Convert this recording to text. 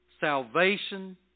Salvation